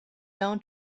down